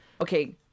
Okay